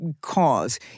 cause